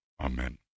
Amen